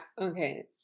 Okay